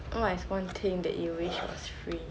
what is one thing that you wish was free